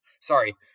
Sorry